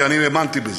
כי אני האמנתי בזה.